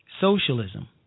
socialism